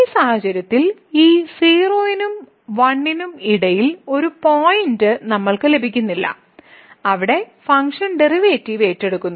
ഈ സാഹചര്യത്തിൽ ഈ 0 നും 1 നും ഇടയിൽ ഒരു പോയിന്റും നമ്മൾക്ക് ലഭിക്കുന്നില്ല അവിടെ ഫംഗ്ഷൻ ഡെറിവേറ്റീവ് ഏറ്റെടുക്കുന്നു